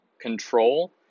control